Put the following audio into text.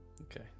Okay